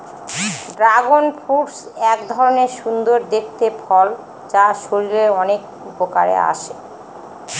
dragon fruit এক ধরনের সুন্দর দেখতে ফল যা শরীরের অনেক উপকারে আসে